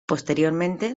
posteriormente